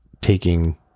taking